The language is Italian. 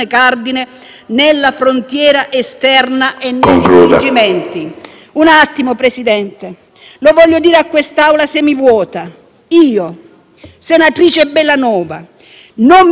Lo voglio dire a quest'Aula semivuota: io, senatrice Bellanova, non mi sento meno colpevole se le persone muoiono a due metri da Lampedusa o nei *lager* libici.